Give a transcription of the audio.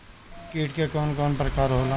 कीट के कवन कवन प्रकार होला?